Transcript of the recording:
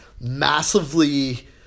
massively –